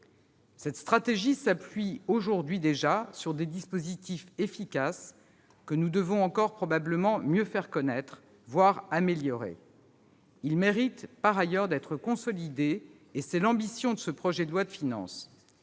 Cette stratégie s'appuie aujourd'hui déjà sur des dispositifs efficaces, que nous devons encore probablement mieux faire connaître, voire améliorer. Ils méritent par ailleurs d'être consolidés ; c'est l'ambition de ce projet de loi de finances.